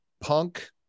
punk